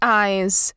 eyes